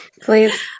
Please